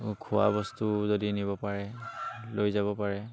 খোৱা বস্তু যদি নিব পাৰে লৈ যাব পাৰে